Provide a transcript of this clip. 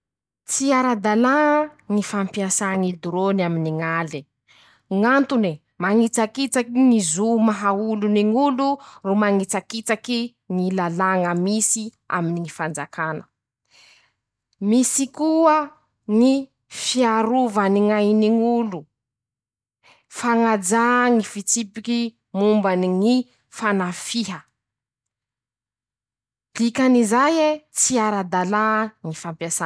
Tsy ara'dalà ñy fampiasà ñy doràny aminy ñ'ale ñ'antony: -Mañitsakitsaky ñy zo maha olo ny ñ'olo ro mañitsakitsaky ñy lalàña misy aminy ñy fanjakà. -Misy koa ñy fiarova ny ñ'ainy ñ'olo, fañajà ñy fitsipiky momban'ny fanafiha, dikan'izay e tsy ara-dalà ñy.